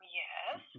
yes